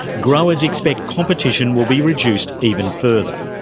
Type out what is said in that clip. growers expect competition will be reduced even further.